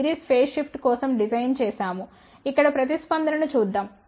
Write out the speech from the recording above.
50 phase shift కోసం design చేశాము ఇక్కడ ప్రతిస్పందన ను చూద్దాం